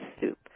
soup